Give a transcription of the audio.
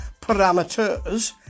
parameters